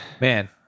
Man